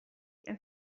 and